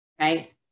right